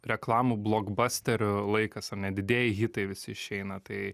reklamų blogbasterių laikas ar ne didieji hitai visi išeina tai